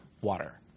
water